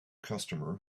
customer